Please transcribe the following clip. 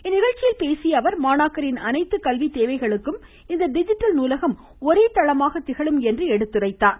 இந்நிகழ்ச்சியில் பேசிய அவர் மாணாக்கரின் அனைத்து கல்வி தேவைகளுக்கும் இந்த டிஜிட்டல் நூலகம் ஒரே தளமாக திகழும் என்று எடுத்துரைத்தார்